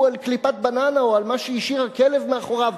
על קליפת בננה או על מה שהשאיר הכלב מאחוריו,